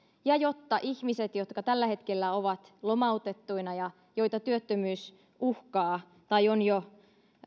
ja jotta ihmisillä jotka tällä hetkellä ovat lomautettuina ja joita työttömyys uhkaa tai on jo